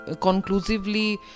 conclusively